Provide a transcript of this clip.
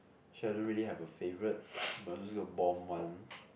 shit I don't really have a favourite but I'm just gonna bomb one